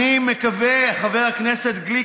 אני מקווה, חבר הכנסת גליק.